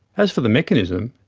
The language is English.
as for the mechanism,